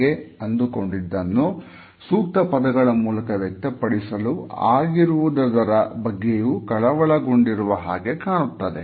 ಹಾಗೆಯೇ ಅಂದುಕೊಂಡಿದ್ದನ್ನು ಸೂಕ್ತ ಪದಗಳ ಮೂಲಕ ವ್ಯಕ್ತಪಡಿಸಲು ಆಗಿರುವುದರ ಬಗ್ಗೆಯೂ ಕಳವಳಗೊಂಡಿರುವ ಹಾಗೆ ಕಾಣುತ್ತದೆ